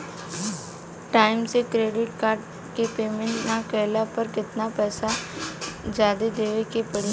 Time से credit card के payment ना कैला पर केतना पईसा जादे देवे के पड़ी?